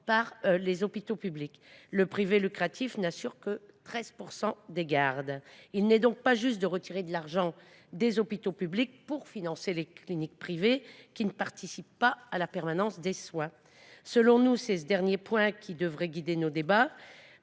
par les hôpitaux publics, tandis que le privé lucratif n’assure que 13 % des gardes. Il n’est donc pas juste de supprimer des crédits aux hôpitaux publics pour financer les cliniques privées, qui ne participent pas à la permanence des soins. Ce dernier point devrait guider nos débats.